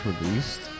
released